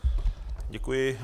Děkuji.